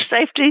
safety